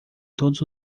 todos